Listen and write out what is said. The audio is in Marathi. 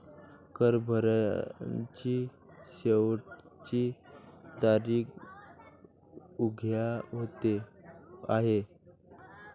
कर भरण्याची शेवटची तारीख उद्या आहे